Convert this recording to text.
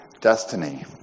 destiny